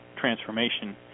transformation